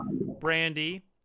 brandy